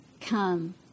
come